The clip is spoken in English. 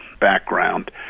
background